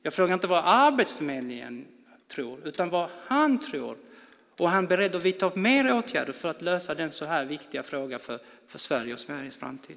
Jag frågar inte vad Arbetsförmedlingen tror utan vad han tror och om han är beredd att vidta flera åtgärder för att lösa den så viktiga frågan för Sverige och Sveriges framtid.